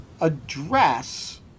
address